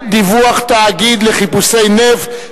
דיווח תאגיד לחיפוש נפט),